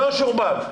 לא שורבב.